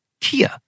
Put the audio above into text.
Kia